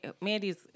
Mandy's